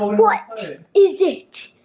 what is it?